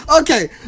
Okay